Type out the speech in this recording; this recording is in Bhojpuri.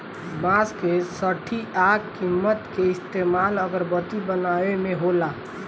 बांस के सठी आ किमची के इस्तमाल अगरबत्ती बनावे मे होला